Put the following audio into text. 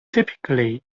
typically